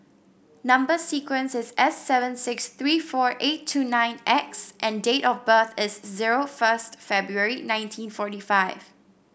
number sequence is S seven six three four eight two nine X and date of birth is zero first February nineteen forty five